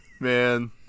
Man